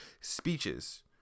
speeches